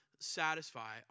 satisfy